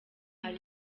ari